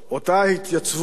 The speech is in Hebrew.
אותה התייצבות